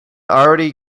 already